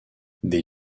des